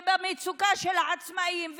ובמצוקה של העצמאים,